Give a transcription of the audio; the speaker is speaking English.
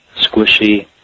squishy